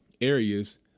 areas